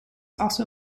also